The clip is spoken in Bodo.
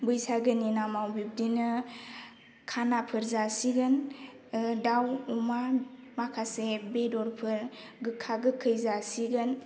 बैसागोनि नामाव बिब्दिनो खानाफोर जासिगोन दाव अमा माखासे बेदरफोर गोखा गोखै जासिगोन